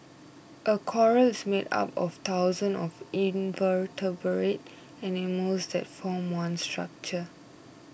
a coral is made up of thousands of invertebrate animals that form one structure